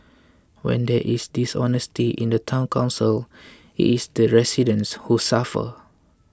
when there is dishonesty in the Town Council it is the residents who suffer